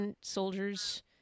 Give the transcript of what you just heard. soldiers